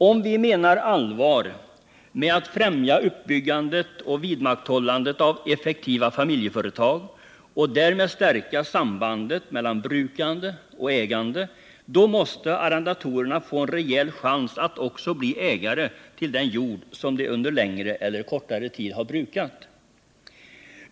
Om vi menar allvar med att främja uppbyggandet och vidmakthållandet av effektiva familjeföretag och därmed stärka sambandet mellan brukande och ägande, då måste arrendatorerna få en rejäl chans att också bli ägare till den jord som de under längre eller kortare tid brukat.